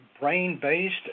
brain-based